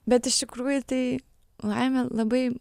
bet iš tikrųjų tai laimė labai